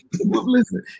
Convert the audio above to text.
listen